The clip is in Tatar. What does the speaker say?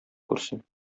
күрсен